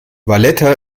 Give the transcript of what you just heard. valletta